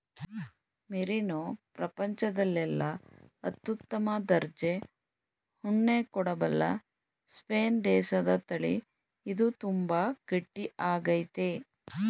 merino ಪ್ರಪಂಚದಲ್ಲೆಲ್ಲ ಅತ್ಯುತ್ತಮ ದರ್ಜೆ ಉಣ್ಣೆ ಕೊಡಬಲ್ಲ ಸ್ಪೇನ್ ದೇಶದತಳಿ ಇದು ತುಂಬಾ ಗಟ್ಟಿ ಆಗೈತೆ